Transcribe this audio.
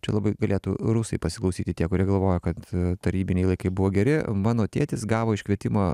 čia labai galėtų rusai pasiklausyti tie kurie galvojo kad tarybiniai laikai buvo geri mano tėtis gavo iškvietimą